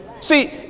See